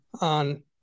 on